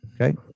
Okay